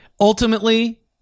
ultimately